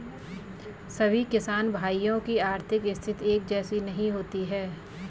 सभी किसान भाइयों की आर्थिक स्थिति एक जैसी नहीं होती है